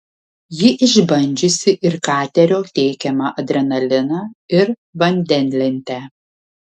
ji išbandžiusi ir katerio teikiamą adrenaliną ir vandenlentę